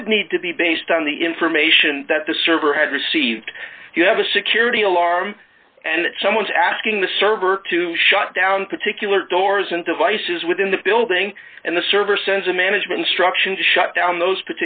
would need to be based on the information that the server had received if you have a security alarm and someone's asking the server to shut down particular doors and devices within the building and the server sends a management structure and shut down those